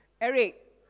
Eric